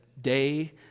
day